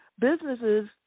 businesses